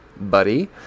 buddy